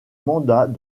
mandat